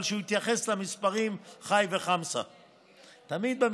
אבל שיתייחס למספרים חי וחמסה תמיד,